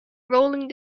rolling